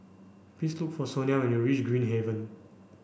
please look for Sonia when you reach Green Haven